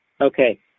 okay